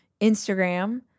Instagram